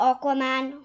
Aquaman